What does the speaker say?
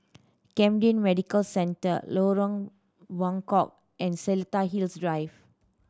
Cmden Medical Centre Lorong Buangkok and Seletar Hills Drive